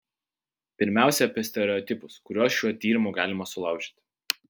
pirmiausia apie stereotipus kuriuos šiuo tyrimu galima sulaužyti